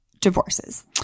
divorces